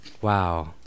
Wow